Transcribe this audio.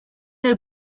del